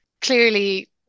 clearly